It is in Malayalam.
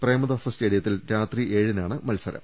പ്രേമദാസ സ്റ്റേഡിയത്തിൽ രാത്രി ഏഴിനാണ് മത്സരം